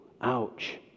ouch